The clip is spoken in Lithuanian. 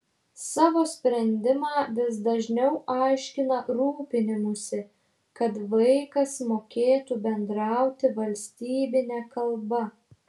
savo sprendimą vis dažniau aiškina rūpinimųsi kad vaikas mokėtų bendrauti valstybine kalba